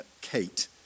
Kate